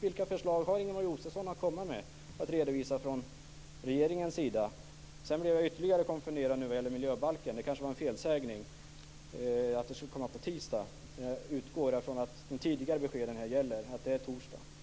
Vilka förslag från regeringens sida har Ingemar Josefsson att redovisa? Sedan blev jag ytterligare konfunderad när det gällde miljöbalken. Det kanske var en felsägning att den skulle komma på tisdag. Jag utgår från att de tidigare beskeden stämmer och att det är torsdag som gäller.